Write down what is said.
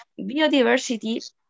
biodiversity